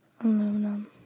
Aluminum